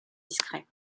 discrets